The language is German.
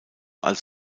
als